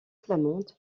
flamande